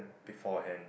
beforehand